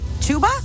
tuba